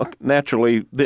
naturally